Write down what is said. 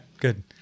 Good